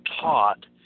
taught